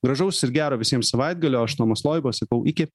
gražaus ir gero visiems savaitgalio aš tomas loiba sakau iki